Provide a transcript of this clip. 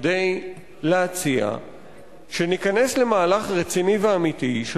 כדי להציע שניכנס למהלך רציני ואמיתי של